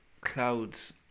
clouds